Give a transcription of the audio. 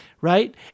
Right